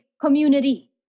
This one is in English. community